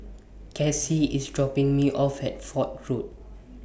Cassie IS dropping Me off At Fort Road